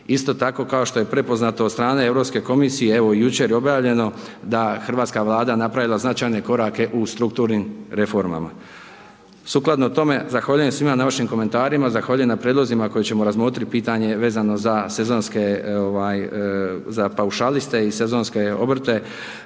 Isto tako kao što je prepoznato od strane Europske komisije, evo i jučer je objavljeno da hrvatska Vlada je napravila značajne korake u strukturnim reformama. Sukladno tome zahvaljujem svima na vašim komentarima, zahvaljujem na prijedlozima koje ćemo razmotriti. Pitanje vezano za sezonske, za paušaliste i sezonske obrte